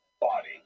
Body